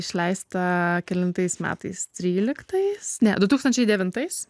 išleista kelintais metais tryliktais du tūkstančiai devintais